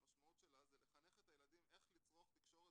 המשמעות שלה זה לחנך את הילדים איך לצרוך תקשורת